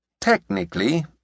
Technically